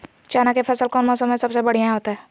चना के फसल कौन मौसम में सबसे बढ़िया होतय?